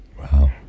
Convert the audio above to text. Wow